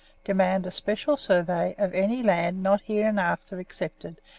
demand a special survey of any land not hereinafter excepted,